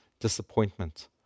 disappointment